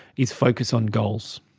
is focus on goals,